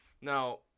Now